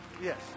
Yes